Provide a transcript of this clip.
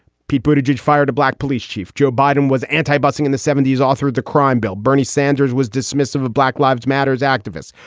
people to judge fired a black police chief. joe biden was anti-busing in the seventy s, authored the crime bill. bernie sanders was dismissive of black lives matters activists.